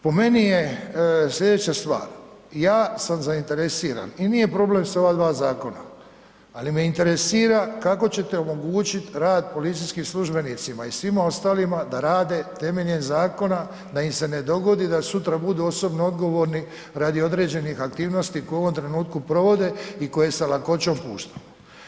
Po meni je, slijedeća stvar ja sam zainteresiran i nije problem sa ova 2 zakona, ali me interesira kako ćete omogućiti rad policijskim službenicima i svima ostalima da rade temeljem zakona da im se ne dogodi da sutra budu osobno odgovorni radi određenih aktivnosti koje u ovom trenutku provode i koje sa lakoćom puštamo.